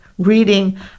reading